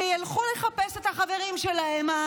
שילכו לחפש את החברים שלהם,